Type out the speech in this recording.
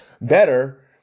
better